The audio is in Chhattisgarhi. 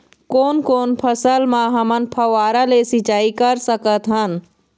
कोन कोन फसल म हमन फव्वारा ले सिचाई कर सकत हन?